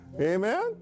Amen